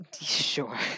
Sure